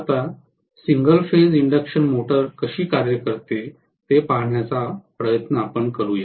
आता single phase induction motor कशी कार्य करते ते पाहण्याचा प्रयत्न करूया